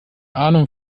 ahnung